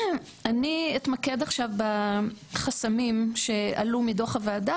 אני אתמקד עכשיו בחסמים שעלו מדוח הוועדה